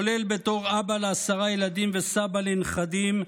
כולל בתור אבא לעשרה ילדים וסבא לנכדים,